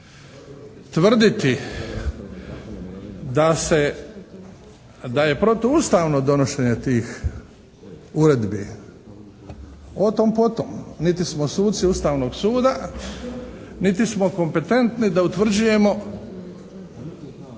da se, da je protuustavno donošenje tih uredbi, o tom potom. Niti smo suci Ustavnog suda niti smo kompetentni da utvrđujemo